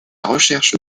recherche